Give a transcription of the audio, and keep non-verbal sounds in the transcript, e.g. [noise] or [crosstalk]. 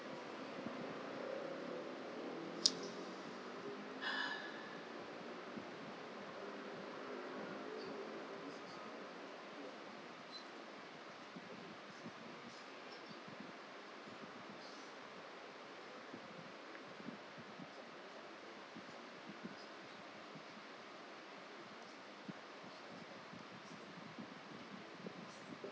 [noise]